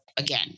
again